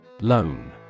Loan